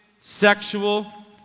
sexual